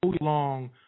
long